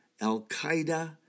Al-Qaeda